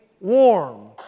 warm